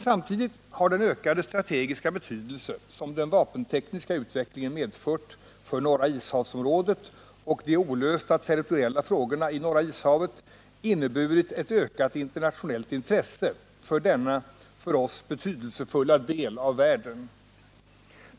Samtidigt har den ökade strategiska betydelse som den vapentekniska utvecklingen medfört för Norra Ishavsområdet och de olösta territoriella frågorna i Norra Ishavet inneburit ett ökat internationellt intresse för denna för oss så betydelsefulla del av världen.